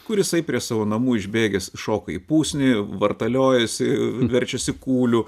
kur jisai prie savo namų išbėgęs šoka į pusnį vartaliojasi verčiasi kūliu